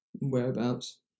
Whereabouts